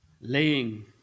Laying